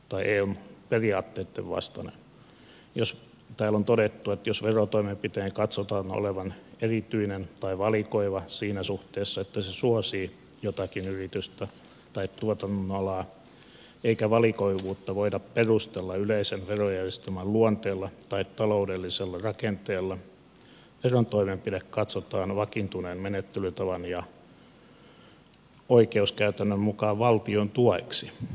täällä on todettu että jos verotoimenpiteen katsotaan olevan erityinen tai valikoiva siinä suhteessa että se suosii jotakin yritystä tai tuotannon alaa eikä valikoivuutta voida perustella yleisen verojärjestelmän luonteella tai taloudellisella rakenteella verotoimenpide katsotaan vakiintuneen menettelytavan ja oikeuskäytännön mukaan valtion tueksi